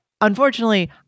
unfortunately